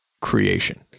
creation